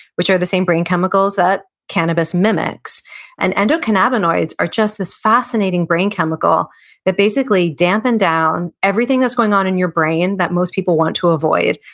which are the same brain chemicals that cannabis mimics and endocannabinoids are just this fascinating brain chemical that basically dampen down everything that's going on in your brain that most people want to avoid,